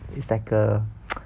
is like a